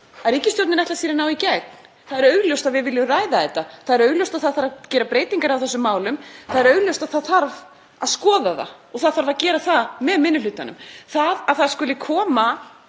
að ríkisstjórnin ætlar sér að ná í gegn. Það er augljóst að við viljum ræða þau. Það er augljóst að það þarf að gera breytingar á þessum málum. Það er augljóst að þau þarf að skoða og það þarf að gera með minni hlutanum. Það að það skuli koma